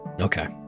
Okay